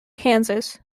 kansas